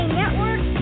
network